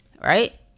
Right